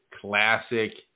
classic